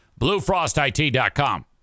Bluefrostit.com